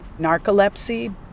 narcolepsy